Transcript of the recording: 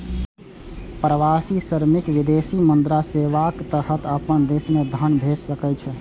प्रवासी श्रमिक विदेशी मुद्रा सेवाक तहत अपना देश मे धन भेज सकै छै